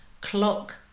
clock